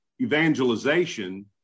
evangelization